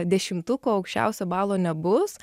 dešimtuko aukščiausio balo nebus